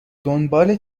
دنبال